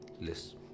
list